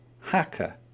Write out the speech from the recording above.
hacker